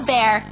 Bear